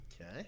Okay